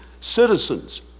citizens